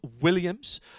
Williams